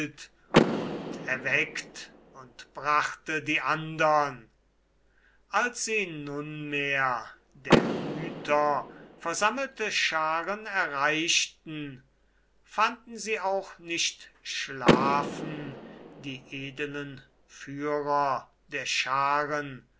und erweckt und brachte die andern als sie nunmehr der hüter versammelte scharen erreichten fanden sie auch nicht schlafen die edelen führer der scharen